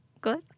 good